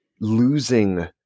losing